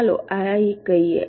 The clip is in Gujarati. ચાલો આ એક કહીએ